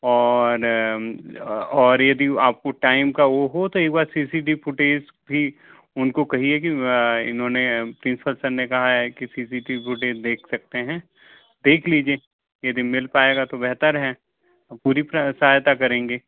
और और यदि आपको टाइम का वो हो तो एक बार C C T V footage की उनको कहिए कि इन्होंने प्रिंसिपल सर ने कहा है कि C C T V footage देख सकते हैं देख लीजिए यदि मिल पाए तो बेहतर है पूरी सहायता करेंगे